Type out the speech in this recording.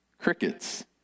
Crickets